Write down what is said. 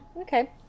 okay